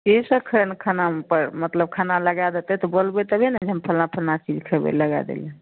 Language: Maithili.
की सब खाए खानामे मतलब खाना लगा देतै तऽ बोलबै तबे ने जे हम फलना फलना चीज खैबै लगा दै ला